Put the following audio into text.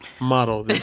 model